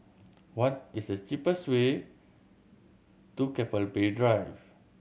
what is the cheapest way to Keppel Bay Drive